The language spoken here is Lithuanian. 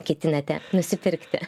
ketinate nusipirkti